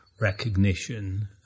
recognition